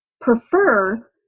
prefer